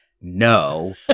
no